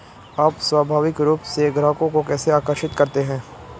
आप स्वाभाविक रूप से ग्राहकों को कैसे आकर्षित करते हैं?